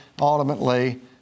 ultimately